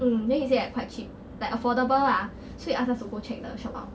mm then he say like quite cheap like affordable lah so he ask us to go check the shop out